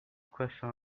question